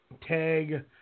Tag